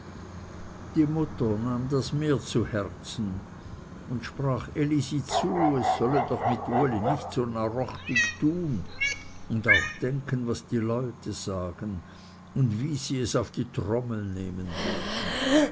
die mutter nahm das mehr zu herzen und sprach elisi zu es sollte doch mit uli nicht so narrochtig tun und auch denken was die leute sagen und wie sie es auf die trommel nehmen werden